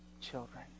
children